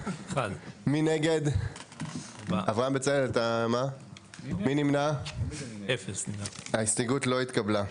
1 נגד, 4 נמנעים, 0 ההסתייגות לא התקבלה.